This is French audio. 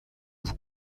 vous